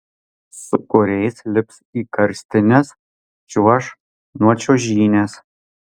su kuriais lips į karstines čiuoš nuo čiuožynės